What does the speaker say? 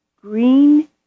green